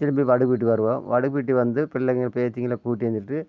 திரும்பி வடுகபட்டிக்கு வருவோம் வடுகபட்டி வந்து பிள்ளைங்கள் பேத்திங்களை கூட்டியாந்துட்டு